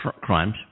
crimes